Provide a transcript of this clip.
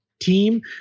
team